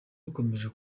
ikomeje